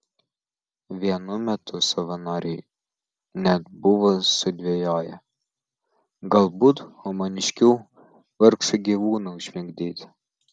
vienu metu savanoriai net buvo sudvejoję galbūt humaniškiau vargšą gyvūną užmigdyti